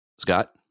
Scott